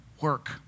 work